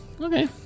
okay